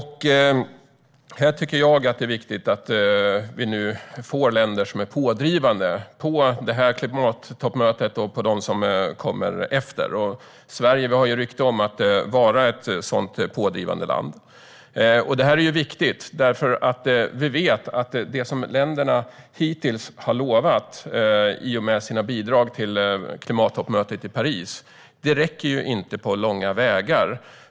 Här tycker jag att det är viktigt att det finns länder som är pådrivande under detta klimattoppmöte och de möten som kommer efter. Sverige har rykte om sig att vara ett sådant pådrivande land. Det är viktigt. Vi vet att det som länderna hittills har lovat i och med sina bidrag till klimattoppmötet i Paris inte räcker på långa vägar.